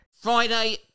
Friday